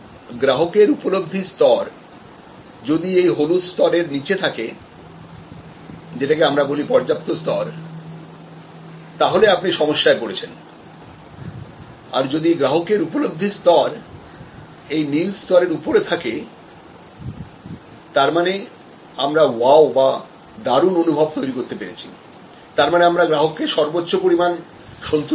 এখন গ্রাহকেরউপলব্ধি স্তর যদি এই হলুদ স্তরের নিচে থাকেযেটাকে আমরা বলি পর্যাপ্ত স্তর তাহলে আপনি সমস্যায় পড়েছেন আর যদি গ্রাহকের উপলব্ধির স্তর এই নীলস্তর এর উপরে থাকে তার মানে আমরাwow বা দারুন অনুভব তৈরি করতে পেরেছি তারমানে আমরা গ্রাহককে সর্বোচ্চ পরিমাণ সন্তুষ্টি দিতে পেরেছি